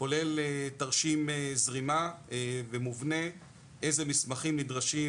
כולל תרשים זרימה במובנה איזה מסמכים נדרשים